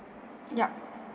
yup